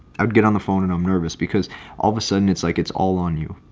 i would get on the phone and i'm nervous because all of a sudden it's like it's all on you.